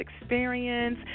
experience